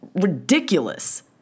ridiculous